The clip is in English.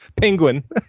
Penguin